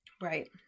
Right